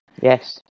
Yes